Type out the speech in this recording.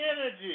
energy